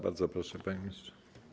Bardzo proszę, panie ministrze.